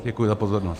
Děkuji za pozornost.